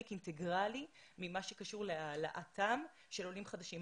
אינטגרלי ממה שקשור להעלאתם של עולים חדשים.